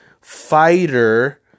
fighter